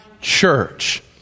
church